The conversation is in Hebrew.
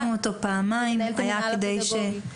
מנהלת המנהל הפדגוגי.